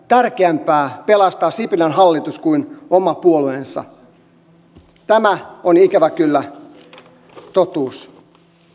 tärkeämpää pelastaa sipilän hallitus kuin oma puolueensa tämä on ikävä kyllä totuus